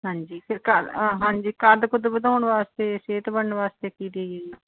ਹਾਂਜੀ ਫਿਰ ਕੱਦ ਹਾਂਜੀ ਕੱਦ ਕੁੱਦ ਵਧਾਉਣ ਵਾਸਤੇ ਸਿਹਤ ਬਣਨ ਵਾਸਤੇ ਕੀ ਦੇਈਏ ਜੀ